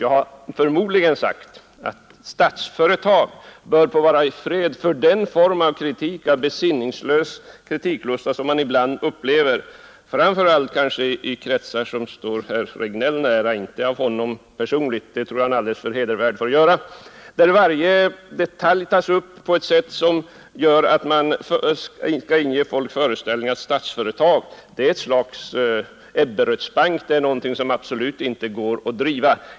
Jag har förmodligen sagt att Statsföretag AB bör få vara i fred för den besinningslösa kritiklusta, som man ibland upplever framför allt kanske i kretsar som står herr Regnéll nära — inte av honom personligen, det tror jag han är alldeles för hedervärd för — där varje detalj tas upp på ett sådant sätt att folk skall få föreställningen att Statsföretag AB är ett slags Ebberöds bank och något som absolut inte går att driva.